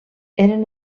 eren